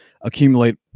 accumulate